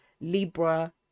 Libra